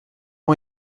moi